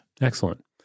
Excellent